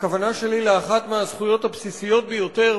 הכוונה שלי לאחת מהזכויות הבסיסיות ביותר,